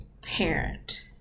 parent